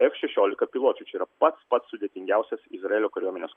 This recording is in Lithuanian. ef šešiolika piločiu čia yra pats pats sudėtingiausias izraelio kariuomenės